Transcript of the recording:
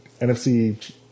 NFC